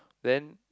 then